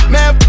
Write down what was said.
Man